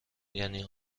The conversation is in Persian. یعنی